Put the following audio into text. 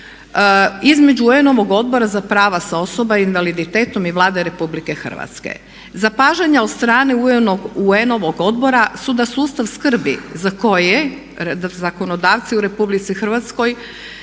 između UN-ovog Odbora za prava osoba sa invaliditetom i Vlade RH. Zapažanja od strane UN-ovog odbora su da sustav skrbi za koje zakonodavce u Republici Hrvatskoj